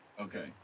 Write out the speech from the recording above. okay